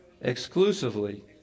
exclusively